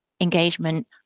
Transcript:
engagement